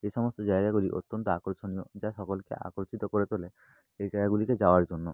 এসমস্ত জায়গাগুলি অত্যন্ত আকর্ষণীয় যা সকলকে আকর্ষিত করে তোলে এই জায়গাগুলিতে যাওয়ার জন্য